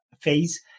phase